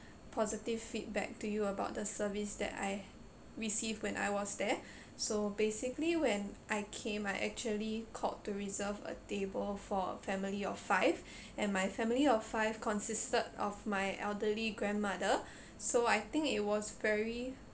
positive feedback to you about the service that I received when I was there so basically when I came I actually called to reserve a table for a family of five and my family of five consisted of my elderly grandmother so I think it was very